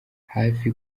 hafi